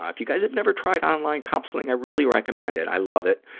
if you guys have never tried online counseling, i really recommend it. i love it.